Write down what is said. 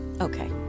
Okay